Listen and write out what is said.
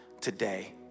today